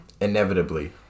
inevitably